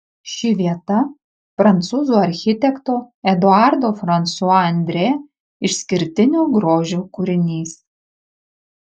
ši vieta prancūzų architekto eduardo fransua andrė išskirtinio grožio kūrinys